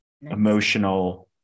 emotional